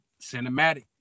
cinematic